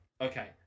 okay